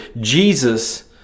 Jesus